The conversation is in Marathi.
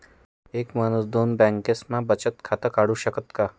एक माणूस दोन बँकास्मा बचत खातं काढु शकस का?